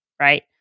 right